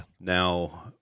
Now